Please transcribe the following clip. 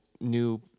new